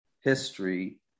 history